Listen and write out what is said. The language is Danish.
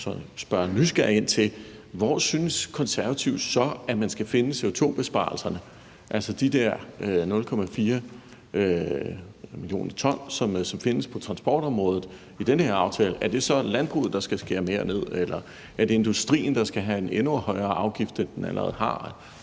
at spørge nysgerrigt ind til: Hvor synes Konservative så, at man skal finde CO2-besparelserne, altså de der 0,4 mio t, som der jo skal findes på transportområdet i den her aftale? Er det så landbruget, der skal skære mere ned, eller er det industrien, der skal have en endnu højere afgift, end den allerede har?